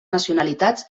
nacionalitats